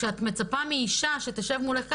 כשאת מצפה מאישה שתשב מולך ככה,